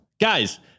guys